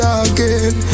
again